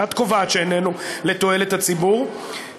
את קובעת שאיננו לתועלת הציבור,